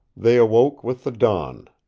they awoke with the dawn.